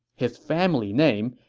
his family name,